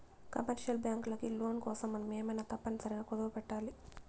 commercial బ్యాంకులకి loan కోసం మనం ఏమైనా తప్పనిసరిగా కుదవపెట్టాలి